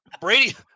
Brady